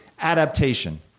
adaptation